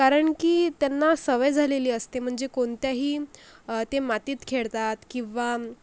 कारण की त्यांना सवय झालेली असते म्हणजे कोणत्याही ते मातीत खेळतात किंवा